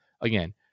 Again